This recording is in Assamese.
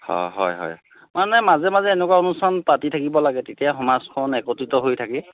অঁ হয় হয় মানে মাজে মাজে এনেকুৱা অনুষ্ঠান পাতি থাকিব লাগে তেতিয়া সমাজখন একত্ৰিত হৈ থাকে